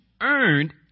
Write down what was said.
earned